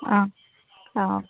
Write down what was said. ആ അ ഓക്കെ